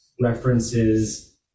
references